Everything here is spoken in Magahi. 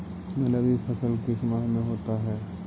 रवि फसल किस माह में होता है?